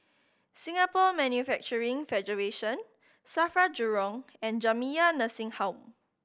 Singapore Manufacturing Federation SAFRA Jurong and Jamiyah Nursing Home